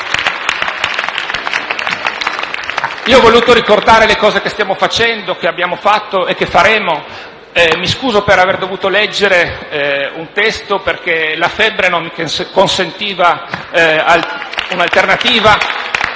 Ho voluto ricordare le cose che stiamo facendo, che abbiamo fatto e che faremo e mi scuso per aver dovuto leggere un testo, perché la febbre non mi consentiva un'alternativa.